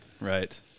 Right